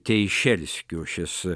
teišelskiu šis